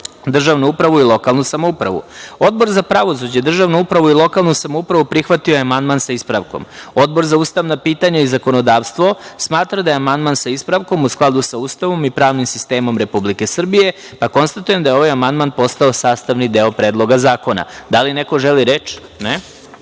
državnu upravu i lokalnu samoupravu. Odbor za pravosuđe, državnu upravu i lokalnu samoupravu prihvatio je amandman sa ispravkom. Odbor za ustavna pitanja i zakonodavstvo smatra da je amandman sa ispravkom u skladu sa Ustavom i pravnim sistemom Republike Srbije. Konstatujem da je ovaj amandman postao sastavni deo Predloga zakona. Da li neko želi reč?